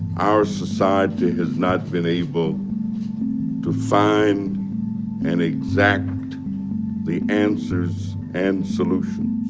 our society has not been able to find and exact the answers and solutions